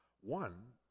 One